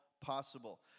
possible